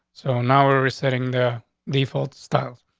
so now we're resetting the default style.